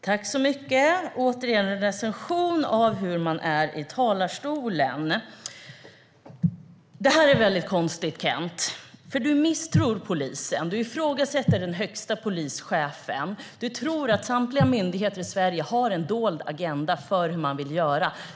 Fru talman! Det är återigen en recension av hur man är i talarstolen. Det här är väldigt konstigt, Kent. Du misstror polisen. Du ifrågasätter den högsta polischefen. Du tror att samtliga myndigheter i Sverige har en dold agenda när det gäller hur de vill göra.